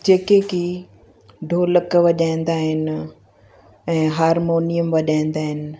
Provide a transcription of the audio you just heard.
जेके कि ढोलक वॼाईंदा आहिनि ऐं हारमोनियम वॼाईंदा आहिनि